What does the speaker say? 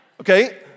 Okay